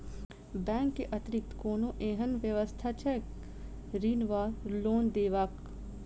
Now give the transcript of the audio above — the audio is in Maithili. बैंक केँ अतिरिक्त कोनो एहन व्यवस्था छैक ऋण वा लोनदेवाक?